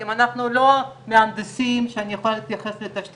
תכנון ואתם יודעים מה הולך להיות שם ומכירים את חוק